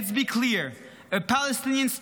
Let's be clear: A Palestinian state